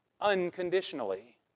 unconditionally